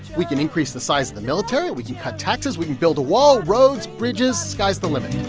we can increase the size of the military. we can cut taxes. we can build a wall, roads, bridges sky's the limit